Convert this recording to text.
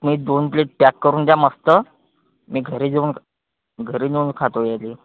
मी दोन plate pack करून द्या मस्त मी घरी जाऊन घरी नेऊन खातो याला